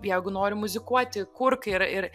jeigu nori muzikuoti kurk ir ir